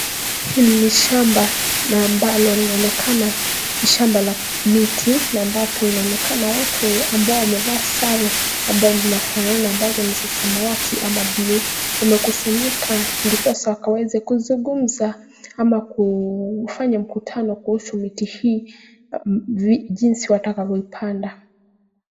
Hili ni shamba na ambalo linaonekana ni shamba la miti na ambapo inaonekana watu ambao wamevaa sare ambazo zinafanana ambazo ni za samawati ama blue . Wamekusanyika ndiposa wakaweze kuzungumza ama kufanya mkutano kuhusu miti hii, jinsi watakavyo ipanda.